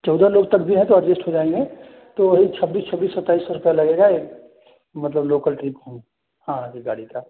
चौदह लोग तक भी हैं तो अडजेस्ट हो जाएँगे तो वही छब्बीस छब्बीस सत्ताइस सौ रुपये लगेगा एक मतलब लोकल ट्रिप हाँ हाँ एक गाड़ी का